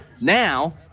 now